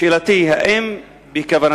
שאלתי היא: האם בכוונתכם,